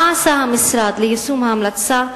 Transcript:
מה עשה המשרד ליישום ההמלצה?